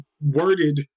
worded